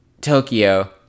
Tokyo